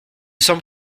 semble